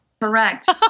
Correct